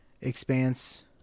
Expanse